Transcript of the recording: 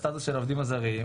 מבחינת הסטטוס של העובדים הזרים,